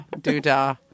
do-da